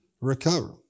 recover